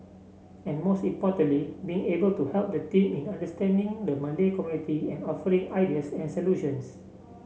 and most importantly being able to help the team in understanding the Malay community and offering ideas and solutions